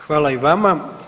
Hvala i vama.